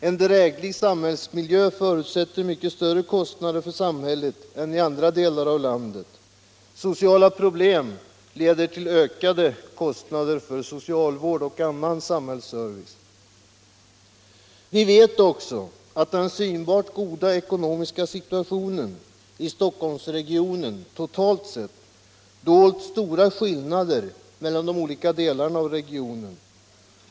En dräglig samhällsmiljö förutsätter också mycket högre kostnader för samhället i sådana regioner än i andra delar i landet, och sociala problem leder till ökade kostnader för socialvård och annan samhällsservice. Vi vet också att den synbart goda ekonomiska situationen i Stockholmsregionen totalt sett har dolt stora skillnader mellan de olika delarna av regionen.